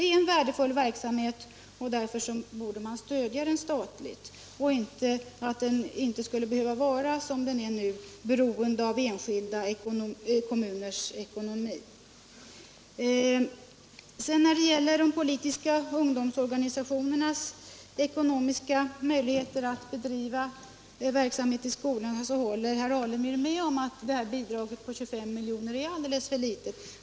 Den är en värdefull verksamhet, och därför borde den få statligt stöd. Den borde inte behöva vara beroende av enskilda kommuners ekonomi. När det gäller de politiska ungdomsorganisationernas ekonomiska möjligheter att bedriva verksamhet i skolan håller herr Alemyr med om att bidraget på 25 milj.kr. är alldeles för litet.